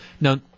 now